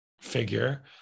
figure